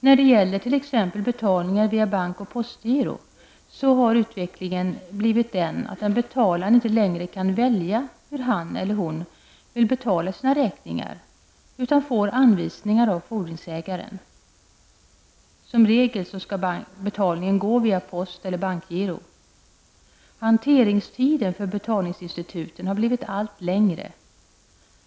När det gäller t.ex. betalningar via bank och postgiro har utvecklingen blivit den att den betalande inte längre kan välja hur han eller hon vill betala sina räkningar utan får anvisningar av fordringsägaren. Som regel skall betalningen ske via post eller bankgiro. Hanteringstiden för betalningsinstituten har blivit allt längre.